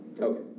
Okay